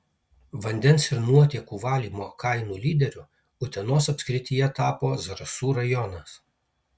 vandens ir nuotėkų valymo kainų lyderiu utenos apskrityje tapo zarasų rajonas